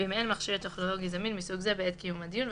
ואם אין מכשיר טכנולוגי זמין מסוג זה בעת קיום הדיון,